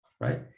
right